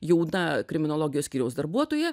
jauna kriminologijos skyriaus darbuotoja